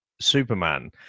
Superman